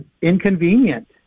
inconvenient